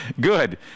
Good